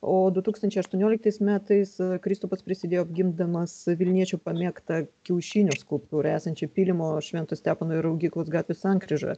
o du tūkstančiai aštuonioliktais metais kristupas prisidėjo apgimdamas vilniečių pamėgta kiaušinio skulptūrą esančią pylimo švento stepono ir raugyklos gatvių sankryžoje